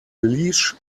leash